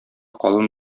калын